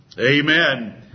Amen